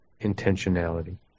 intentionality